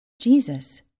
Jesus